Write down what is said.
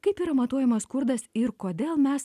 kaip yra matuojamas skurdas ir kodėl mes